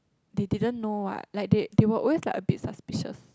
they didn't know what like they they would always like be a suspicious